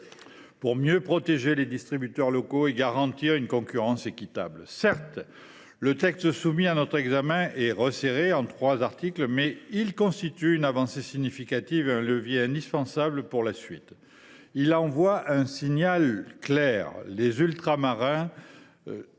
pour mieux protéger les distributeurs locaux et garantir une concurrence équitable. Si le texte soumis à notre examen est resserré en trois articles, il constitue une avancée significative et un levier indispensable pour la suite. Il envoie un signal clair : les Ultramarins